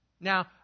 Now